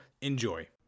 enjoy